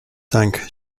tank